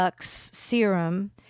serum